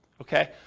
Okay